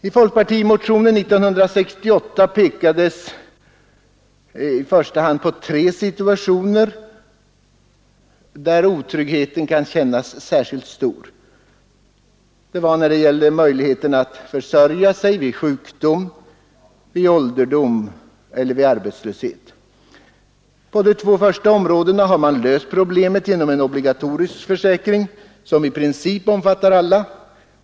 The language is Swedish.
I folkpartimotionen 1968 pekades i första hand på tre situationer där otryggheten kan kännas särskilt stor: när det gäller möjligheterna att försörja sig vid sjukdom, ålderdom eller arbetslöshet. På de två första områdena har man löst problemet genom en obligatorisk försäkring, som i princip omfattar alla.